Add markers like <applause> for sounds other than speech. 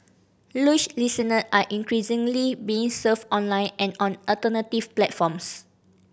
<unintelligible> listener are increasingly being served online and on alternative platforms